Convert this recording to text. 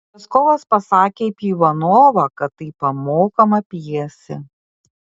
leskovas pasakė apie ivanovą kad tai pamokoma pjesė